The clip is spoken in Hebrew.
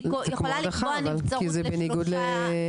זה כמו הדחה אבל, כי זה בניגוד לעמדתו.